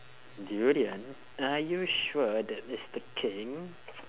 durian are you sure that is the king